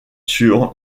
sur